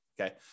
Okay